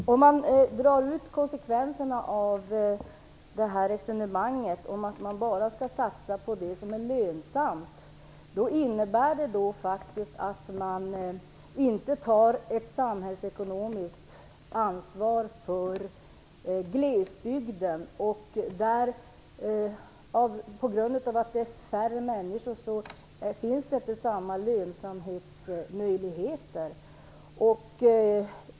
Fru talman! Om man drar ut konsekvenserna av resonemanget att man bara skall satsa på det som är lönsamt innebär detta att man inte tar ett samhällsekonomiskt ansvar för glesbygden. Där finns det inte samma lönsamhetsmöjligheter på grund av att det är färre människor som bor där.